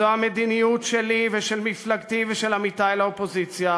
זו המדיניות שלי ושל מפלגתי ושל עמיתי לאופוזיציה,